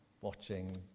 watching